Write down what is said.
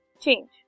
change